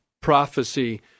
prophecy